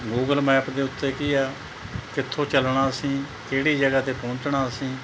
Google map ਦੇ ਉੱਤੇ ਕੀ ਹੈ ਕਿੱਥੋਂ ਚੱਲਣਾ ਅਸੀਂ ਕਿਹੜੀ ਜਗ੍ਹਾ 'ਤੇ ਪਹੁੰਚਣਾ ਅਸੀਂ